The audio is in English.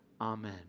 Amen